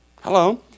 Hello